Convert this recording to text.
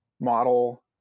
model